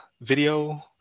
video